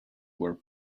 were